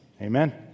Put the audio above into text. Amen